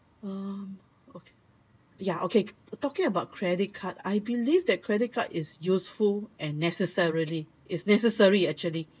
uh okay ya okay talking about credit card I believe that credit card is useful and necessarily it's necessary actually